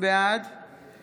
בעד